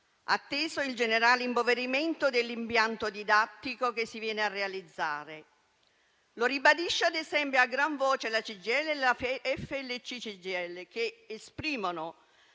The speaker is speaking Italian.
atteso il generale impoverimento dell'impianto didattico che si viene a realizzare. Lo ribadiscono, ad esempio, a gran voce CGIL e FLC-CGIL, che esprimono